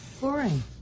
Boring